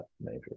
major